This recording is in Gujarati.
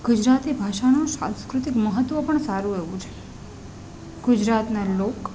ગુજરાતી ભાષાનું સાંસ્કૃતિક મહત્ત્વ પણ સારું એવું છે ગુજરાતનાં લોક